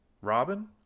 robin